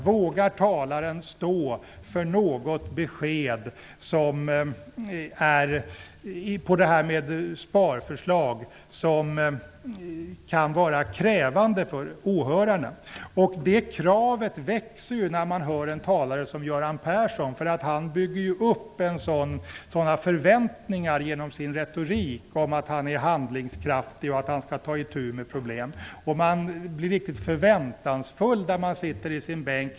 Vågar talaren stå för något besked om sparförslag som kan vara krävande för åhörarna? Det kravet växer när man hör en talare som Göran Persson, för han bygger upp sådana förväntningar om att han är handlingskraftig och att han skall ta itu med problem genom sin retorik. Man blir riktigt förväntansfull där man sitter i sin bänk.